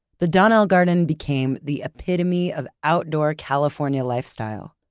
the donnell garden became the epitome of outdoor california lifestyle.